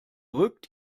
rückt